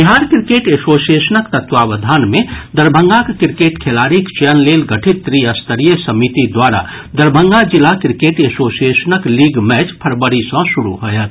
Bihar cricket एसोसिएशनक तत्वावधान मे दरभंगाक क्रिकेट खेलाड़ीक चयन लेल गठित त्रिस्तरीय समिति द्वारा दरभंगा जिला क्रिकेट एसोसिएशनक लीग मैच फरवरी सँ शुरू होयत